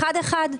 אחד-אחד.